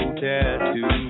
tattoo